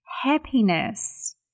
happiness